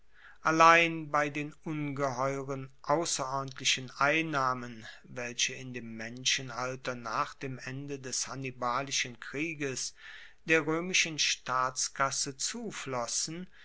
allein bei den ungeheuren ausserordentlichen einnahmen welche in dem menschenalter nach dem ende des hannibalischen krieges der roemischen staatskasse zuflossen